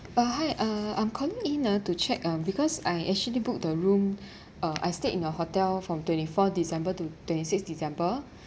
uh hi uh I'm calling in ah to check um because I actually booked the room uh I stayed in your hotel from twenty fourth december to twenty sixth december